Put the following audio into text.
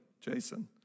Jason